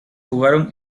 jugaron